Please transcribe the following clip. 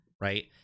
Right